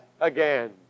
again